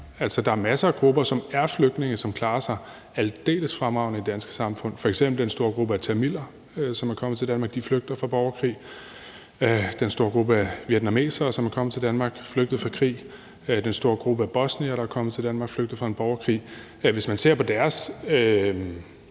der er masser af grupper, der er flygtninge, og som klarer sig aldeles fremragende i det danske samfund. Det gælder f.eks. den store gruppe af tamiler, som er kommet til Danmark, flygtet fra borgerkrig; den store gruppe af vietnamesere, som er kommet til Danmark, flygtet fra krig; den store gruppe af bosniere, der er kommet til Danmark, flygtet fra en borgerkrig. Hvis man ser på deres